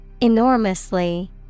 Enormously